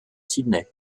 sydney